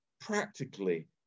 practically